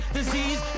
Disease